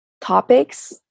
topics